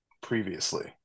previously